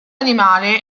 animale